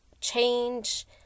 change